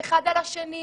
אחד על השני,